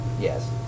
Yes